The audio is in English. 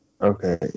Okay